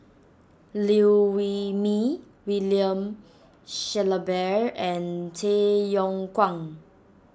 Liew Wee Mee William Shellabear and Tay Yong Kwang